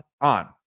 on